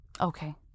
Okay